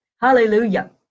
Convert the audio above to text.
Hallelujah